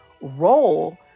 role